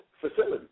facility